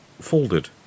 folded